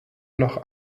noch